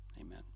amen